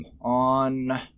on